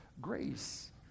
grace